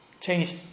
change